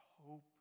hope